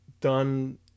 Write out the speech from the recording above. done